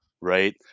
right